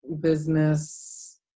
business